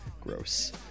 gross